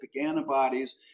antibodies